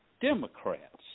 Democrats